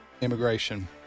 immigration